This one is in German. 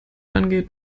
angeht